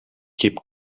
keep